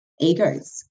egos